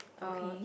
okay